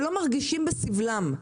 שלא מרגישים בסבלם,